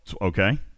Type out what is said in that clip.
okay